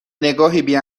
نگاهی